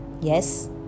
Yes